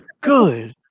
good